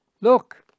Look